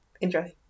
Enjoy